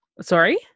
sorry